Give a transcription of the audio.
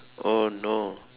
oh no